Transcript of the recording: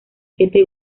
siete